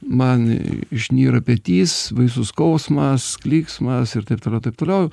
man išnyra petys baisus skausmas klyksmas ir taip toliau taip toliau